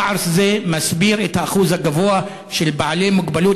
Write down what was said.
פער זה מסביר את האחוז הגבוה של בעלי מוגבלות